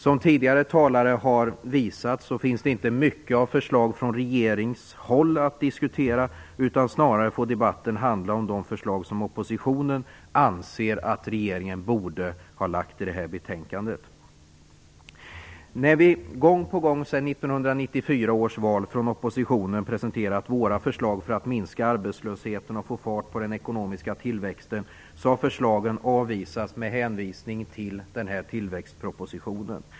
Som tidigare talare har uttalat innehåller den inte mycket av förslag från regeringens håll att diskutera. Snarare har debatten kommit att handla om de förslag som oppositionen anser att regeringen borde haft med i betänkandet. När vi i oppositionen gång på gång sedan 1994 års val har presenterat våra förslag för att minska arbetslösheten och för att få fart på den ekonomiska tillväxten har förslagen avvisats med hänvisning till tillväxtpropositionen.